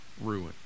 ruin